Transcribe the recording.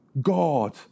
God